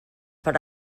per